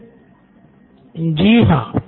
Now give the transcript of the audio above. Siddharth Maturi CEO Knoin electronics जी हाँ